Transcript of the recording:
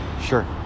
Sure